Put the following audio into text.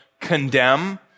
condemn